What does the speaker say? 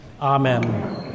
Amen